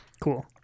Cool